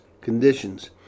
conditions